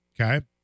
Okay